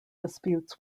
disputes